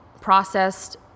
processed